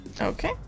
Okay